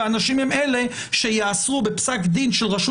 והנשים הן אלה שייאסרו בפסק דין של רשות